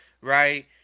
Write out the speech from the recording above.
right